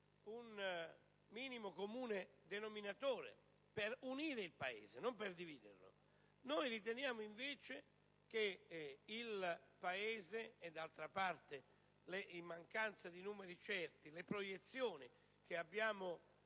un minimo comune denominatore per unire il Paese, non per dividerlo. Noi riteniamo invece che - come d'altra parte, in mancanza di numeri certi, le proiezioni che abbiamo letto